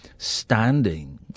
standing